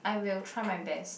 I will try my best